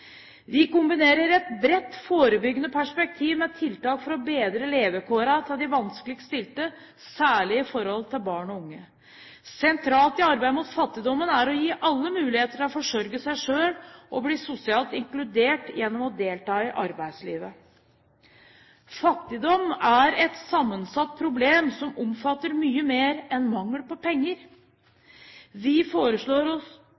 Vi kombinerer et bredt forebyggende perspektiv med tiltak for å bedre levekårene til de vanskeligst stilte, særlig i forhold til barn og unge. Sentralt i arbeidet mot fattigdom er å gi alle muligheter til å forsørge seg selv og bli sosialt inkludert gjennom å delta i arbeidslivet. Fattigdom er et sammensatt problem som omfatter mye mer enn mangel på